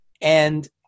And-